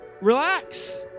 relax